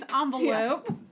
envelope